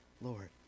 lord